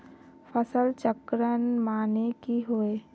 फसल चक्रण माने की होय?